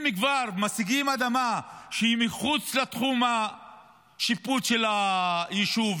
אם הם כבר משיגים אדמה שהיא מחוץ לתחום השיפוט של היישוב,